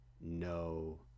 no